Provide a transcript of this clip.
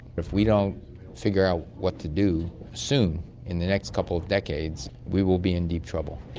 if we don't figure out what to do soon in the next couple of decades we will be in deep trouble.